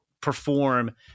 perform